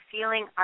feeling